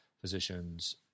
physicians